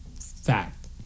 Fact